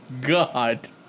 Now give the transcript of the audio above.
God